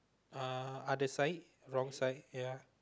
uh other side wrong side ya